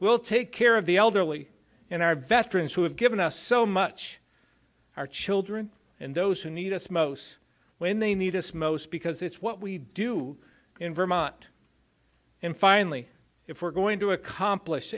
will take care of the elderly in our veterans who have given us so much our children and those who need us most when they need us most because it's what we do in vermont and finally if we're going to accomplish